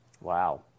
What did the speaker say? wow